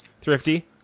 Thrifty